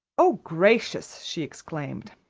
oh, gracious! she exclaimed.